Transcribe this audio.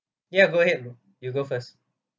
ya go ahead bro you go first